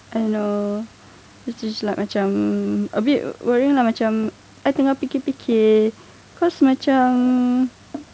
I know which is like macam a bit worrying lah macam I think I tengah fikir-fikir because macam